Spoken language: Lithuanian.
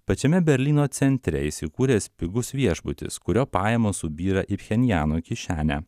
pačiame berlyno centre įsikūręs pigus viešbutis kurio pajamos subyra į pchenjano kišenę